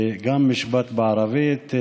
וגם משפט בערבית: